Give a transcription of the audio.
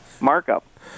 Markup